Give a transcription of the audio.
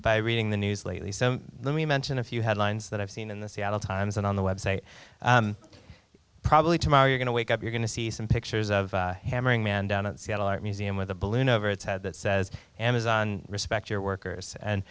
by reading the news lately so let me mention a few headlines that i've seen in the seattle times and on the web say probably tomorrow you're going to wake up you're going to see some pictures of yammering man down at seattle art museum with a balloon over its head that says amazon respect your workers and